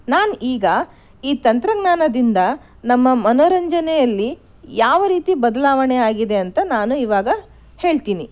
ನಾನು ಈಗ ಈ ತಂತ್ರಜ್ಞಾನದಿಂದ ನಮ್ಮ ಮನೋರಂಜನೆಯಲ್ಲಿ ಯಾವ ರೀತಿ ಬದಲಾವಣೆ ಆಗಿದೆ ಅಂತ ನಾನು ಈವಾಗ ಹೇಳ್ತೀನಿ